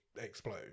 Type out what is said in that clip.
explode